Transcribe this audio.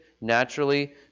naturally